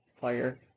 fire